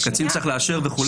הקצין צריך לאשר וכו',